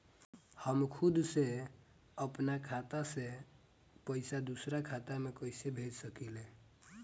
हम खुद से अपना खाता से पइसा दूसरा खाता में कइसे भेज सकी ले?